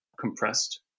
compressed